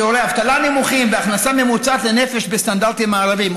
שיעורי אבטלה נמוכים והכנסה ממוצעת לנפש בסטנדרטים מערביים.